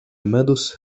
medus